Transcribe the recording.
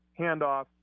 handoff